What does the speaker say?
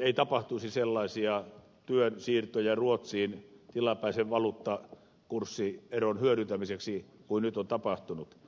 ei tapahtuisi sellaisia työn siirtoja ruotsiin tilapäisen valuuttakurssieron hyödyntämiseksi kuin nyt on tapahtunut